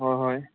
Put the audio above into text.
ꯍꯣꯏ ꯍꯣꯏ